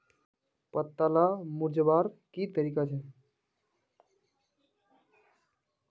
पत्ताला मुरझ्वार की कारण छे?